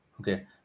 Okay